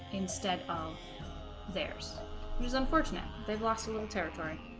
instead of theirs was unfortunate they've lost a little territory